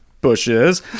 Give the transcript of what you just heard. bushes